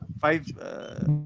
five